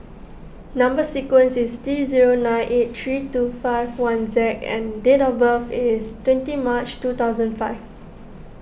Number Sequence is T zero nine eight three two five one Z and date of birth is twenty March two thousand and five